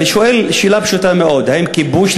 ואני שואל שאלה פשוטה מאוד: האם כיבוש,